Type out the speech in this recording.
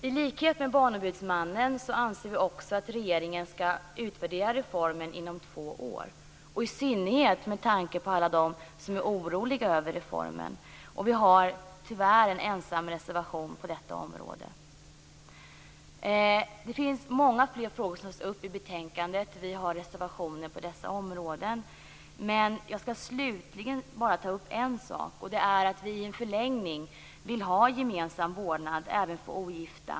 I likhet med barnombudsmannen anser vi att regeringen skall utvärdera reformen inom två år i synnerhet med tanke på alla dem som är oroliga för reformen. Vi har, tyvärr, en ensam reservation på detta område. Det finns många fler frågor som tas upp i betänkandet. Vi har reservationer på dessa områden. Slutligen skall jag bara ta upp en sak, nämligen att vi i en förlängning vill ha gemensam vårdnad även för ogifta.